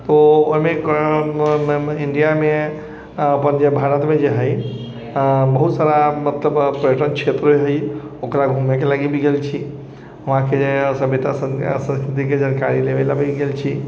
तऽ ओहिमे एक इण्डियामे अपन जे भारतमे जे हइ बहुत सारा मतलब पेटर्न क्षेत्र हइ ओकरा घुमैके लागि भी गेल छी वहाँके सभ्यतासँ सन्स्कृतिके जानकारी लेवे ला भी गेल छी